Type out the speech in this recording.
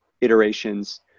iterations